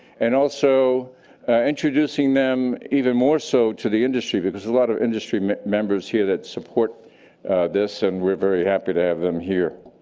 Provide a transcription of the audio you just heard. and also introducing them even more so to the industry. because a lot of industry members here that support this and were very happy to have them here.